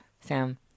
Sam